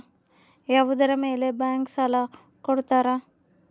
ಯಾವುದರ ಮೇಲೆ ಬ್ಯಾಂಕ್ ಸಾಲ ಕೊಡ್ತಾರ?